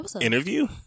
interview